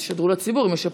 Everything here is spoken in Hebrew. תשדרו לציבור אם יש אפליקציה.